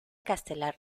castelar